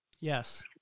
Yes